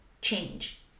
change